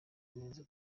neza